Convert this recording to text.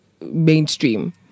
mainstream